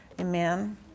amen